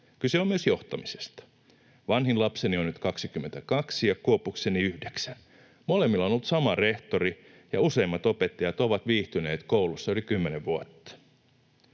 Kyse on myös johtamisesta: Vanhin lapseni on nyt 22 ja kuopukseni yhdeksän. Molemmilla on ollut sama rehtori, ja useimmat opettajat ovat viihtyneet koulussa yli kymmenen vuotta.